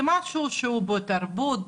זה משהו שהוא בתרבות,